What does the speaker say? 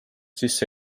sisse